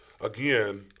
again